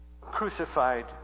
crucified